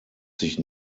sich